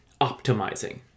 optimizing